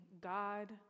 God